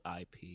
IP